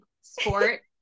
sport